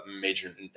major